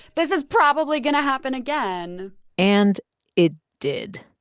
this is probably going to happen again and it did.